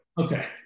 Okay